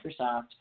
Microsoft